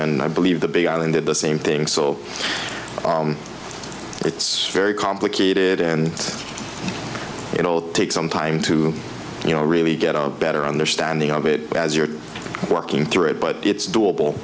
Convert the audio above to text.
and i believe the big island did the same thing so it's very complicated and it all take some time to you know really get a better understanding of it as you're working through it but it's doable